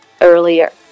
earlier